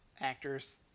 actors